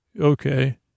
Okay